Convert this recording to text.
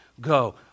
Go